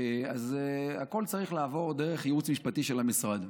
אז הכול צריך לעבור דרך הייעוץ המשפטי של המשרד.